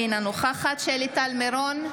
אינה נוכחת שלי טל מירון,